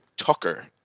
Tucker